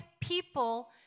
people